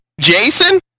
Jason